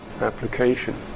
application